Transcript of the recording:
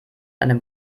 einem